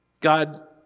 God